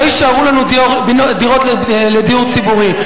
לא יישארו לנו דירות לדיור ציבורי.